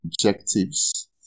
objectives